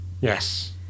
Yes